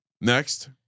next